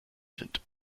sind